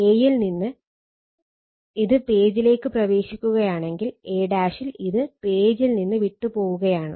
a യിൽ ഇത് പേജിലേക്ക് പ്രവേശിക്കുകയാണെങ്കിൽ a ൽ ഇത് പേജിൽ നിന്ന് വിട്ട് പോവുകയാണ്